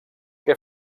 que